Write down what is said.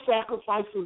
sacrifices